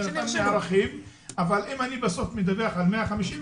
אבל אם בסוף אני מדווח על 150,